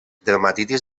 dermatitis